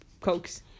Cokes